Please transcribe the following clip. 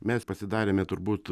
mes pasidarėme turbūt